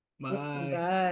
Bye